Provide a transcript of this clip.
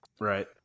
Right